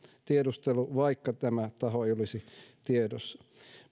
vaikka tämä taho ei olisi tiedossa